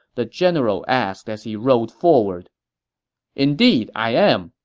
the general asked as he rode forward indeed i am,